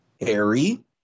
Harry